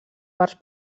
parts